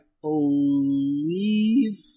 believe